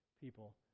people